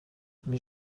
mais